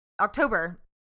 October